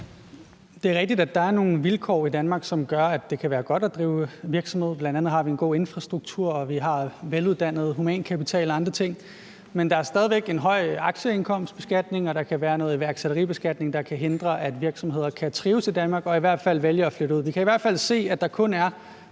Det er rigtigt, at der er nogle vilkår i Danmark, som gør, at det kan være godt at drive virksomhed. Bl.a. har vi en god infrastruktur, og vi har en veluddannet humankapital og andre ting. Men der er stadig væk en høj aktieindkomstbeskatning, og der kan være noget iværksætteribeskatning, der kan hindre, at virksomheder kan trives i Danmark, i hvert fald vælger de at flytte ud. Vi kan i hvert fald se, at der i de